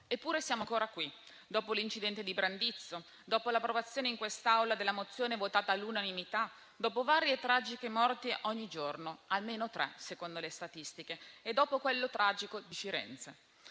Eppure, siamo ancora qui, dopo l'incidente di Brandizzo, dopo l'approvazione in quest'Aula della mozione votata all'unanimità, dopo varie tragiche morti ogni giorno - almeno tre, secondo le statistiche - e dopo la tragedia di Firenze.